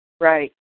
Right